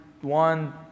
one